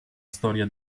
storia